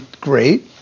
great